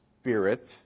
Spirit